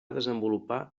desenvolupar